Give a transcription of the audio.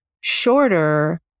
shorter